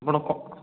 ଆପଣ